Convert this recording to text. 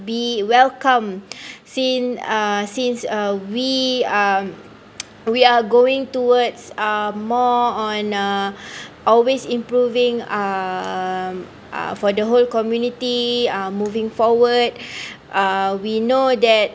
be welcome since uh since uh we um we are going towards uh more on uh always improving um uh) for the whole community uh moving forward uh we know that